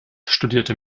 studierte